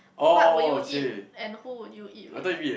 what would you eat and who would you eat with